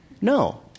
No